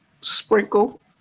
Sprinkle